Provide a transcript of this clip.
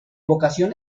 vocación